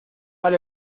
mal